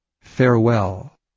Farewell